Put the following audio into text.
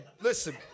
listen